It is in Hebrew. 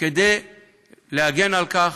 כדי להגן על כך.